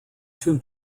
two